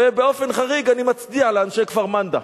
ובאופן חריג, אני מצדיע לאנשי כפר-מנדא.